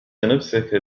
نفسك